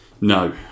no